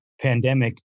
pandemic